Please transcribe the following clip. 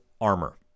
armor